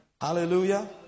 Hallelujah